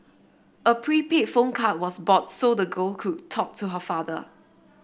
a prepaid phone card was bought so the girl could talk to her father